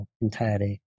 entirely